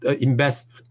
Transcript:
invest